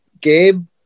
gabe